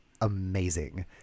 amazing